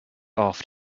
off